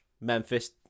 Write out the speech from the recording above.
Memphis